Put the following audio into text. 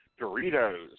Doritos